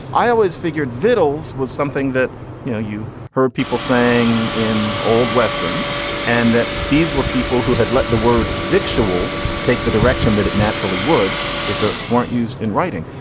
i always figured victuals was something that you know you heard people saying in old westerns and that these were people who had let the word visuals take the direction that it naturally would if it weren't used in writing.